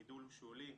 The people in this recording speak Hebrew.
הגידול הוא שולי,